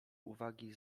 uwagi